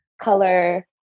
color